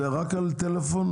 זה רק על טלפון?